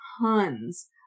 tons